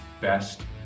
best